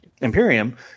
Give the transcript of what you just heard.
Imperium